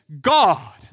God